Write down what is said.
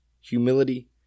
humility